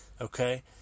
okay